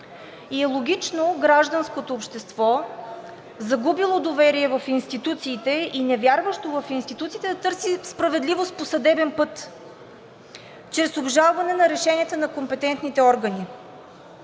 и е логично гражданското общество, загубило доверие в институциите и невярващо в институциите, да търси справедливост по съдебен път чрез обжалване на решенията на компетентните органи,